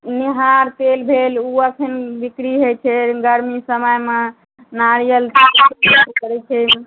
निहार तेल भेल ई एखन बिक्री होइ छै गर्मी समयमे नारियल करय छै